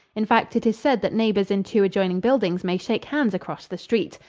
in fact it is said that neighbors in two adjoining buildings may shake hands across the street.